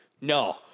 No